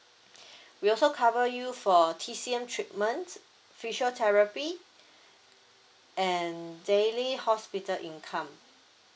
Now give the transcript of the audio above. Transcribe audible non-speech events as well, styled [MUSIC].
[BREATH] we also cover you for T_C_M treatments physiotherapy and daily hospital income